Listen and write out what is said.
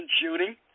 shooting